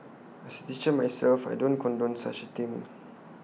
as A teacher myself I don't condone such A thing